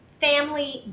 family